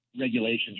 regulations